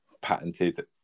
patented